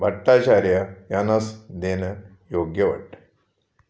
भट्टाचार्य यानाच देणं योग्य वाटतं